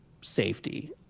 safety